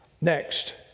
Next